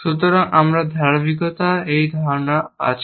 সুতরাং আমরা ধারাবাহিকতা এই ধারণা আছে